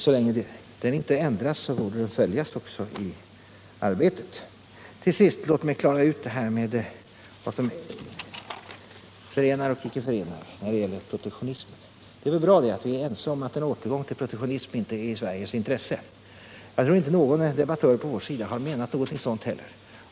Så länge den inte har ändrats bör den följas i arbetet. Låt mig till sist klara ut detta med vad som förenar och vad som skiljer oss när det gäller protektionismen. Det är väl bra att vi är överens om att en återgång till protektionismen inte är i Sveriges intresse. Jag tror inte heller att någon debattör på vår sida har menat något annat.